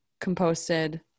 composted